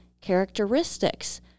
characteristics